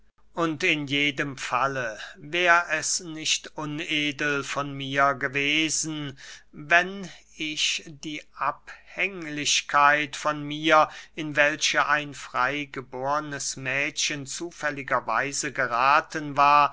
und in jedem falle wär es nicht unedel von mir gewesen wenn ich die abhänglichkeit von mir in welche ein freygebornes mädchen zufälliger weise gerathen war